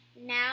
Now